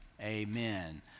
Amen